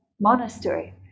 monastery